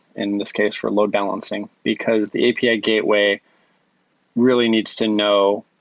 in this case, for load-balancing, because the api ah gateway really needs to know